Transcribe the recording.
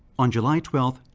on july twelve,